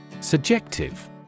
Subjective